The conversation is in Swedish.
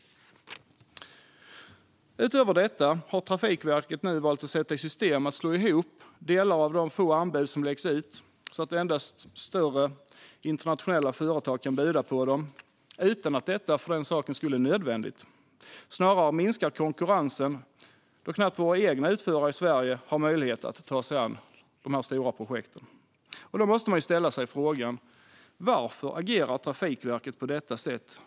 Utöver detta har Trafikverket nu valt att sätta i system att slå ihop delar i de få anbud som läggs ut, så att endast större internationella företag kan lägga anbud, utan att detta är nödvändigt. Snarare minskar konkurrensen då våra egna utförare i Sverige knappt har möjlighet att ta sig an dessa stora projekt. Man måste ställa sig frågan: Varför agerar Trafikverket på detta sätt?